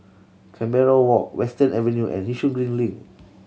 Canberra Walk Western Avenue and Yishun Green Link